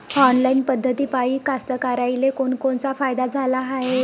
Online पद्धतीपायी कास्तकाराइले कोनकोनचा फायदा झाला हाये?